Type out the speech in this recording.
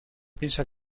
piensa